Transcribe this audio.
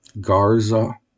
Garza